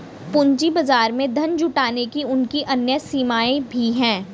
पूंजी बाजार में धन जुटाने की उनकी अन्य सीमाएँ भी हैं